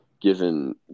given